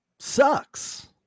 sucks